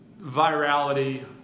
virality